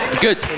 Good